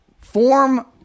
form